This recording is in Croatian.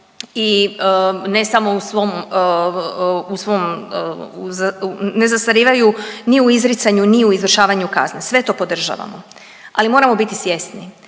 u svom, u svom, ne zastarijevaju ni u izricanju, ni u izvršavanju kazne. Sve to podržavamo, ali moramo biti svjesni